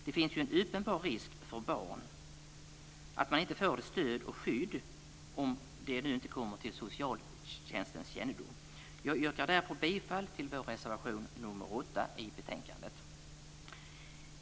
Det finns ju en uppenbar risk för att barn inte får stöd och skydd om detta inte kommer till socialtjänstens kännedom. Jag yrkar därför bifall till vår reservation nr 8 i betänkandet.